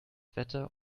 wetter